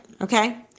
Okay